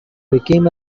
became